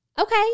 Okay